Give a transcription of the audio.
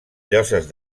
lloses